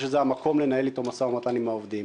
שזה לא המקום לנהל בו משא ומתן עם העובדים.